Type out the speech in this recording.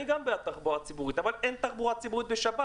אני גם בעד תחבורה ציבורית אבל אין תחבורה ציבורית בשבת.